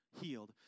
healed